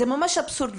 זה ממש אבסורד.